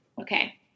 okay